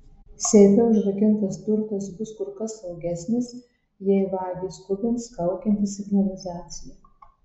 seife užrakintas turtas bus kur kas saugesnis jei vagį skubins kaukianti signalizacija